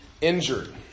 injured